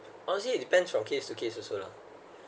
honestly it depends from case to case also lah